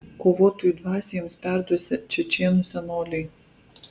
kovotojų dvasią jiems perduosią čečėnų senoliai